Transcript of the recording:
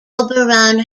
auberon